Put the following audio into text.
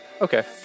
okay